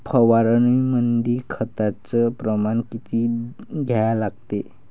फवारनीमंदी खताचं प्रमान किती घ्या लागते?